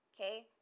Okay